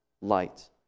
light